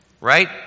Right